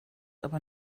aber